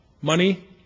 Money